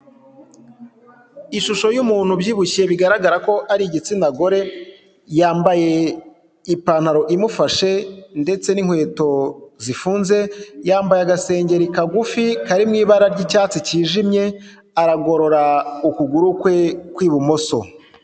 Ishusho y'umuntu ubyibushye bigaragara ko ari igitsina gore, yambaye ipantaro imufashe ndetse n'inkweto zifunze, yambaye agasengeri kagufi kari mu ibara ry'icyatsi cyijimye, aragorora ukuguru kwe kw'ibumoso.